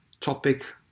topic